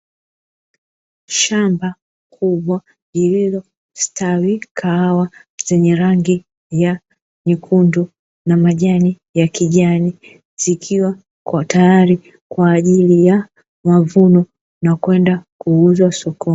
Shamba kubwa lillilostawi kahawa zenye rangi nyekundu na majani ya kijani, zikiwa tayari kwa ajili ya mavuno na kwenda kuuzwa sokoni.